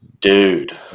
dude